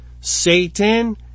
Satan